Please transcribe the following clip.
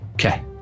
Okay